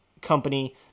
company